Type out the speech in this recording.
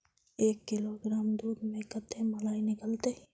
एक किलोग्राम दूध में कते मलाई निकलते?